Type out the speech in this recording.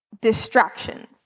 distractions